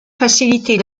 faciliter